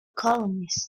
columnist